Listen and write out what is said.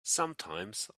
sometimes